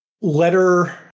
letter